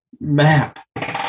map